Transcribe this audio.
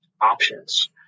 options